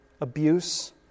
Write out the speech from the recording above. abuse